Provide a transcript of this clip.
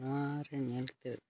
ᱱᱚᱣᱟᱨᱮ ᱧᱮᱞ ᱠᱟᱛᱮᱫ